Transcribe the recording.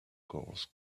coarse